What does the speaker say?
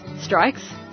strikes